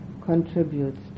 contributes